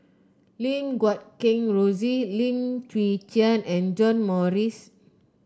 Lim Guat Kheng Rosie Lim Chwee Chian and John Morrice